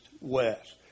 west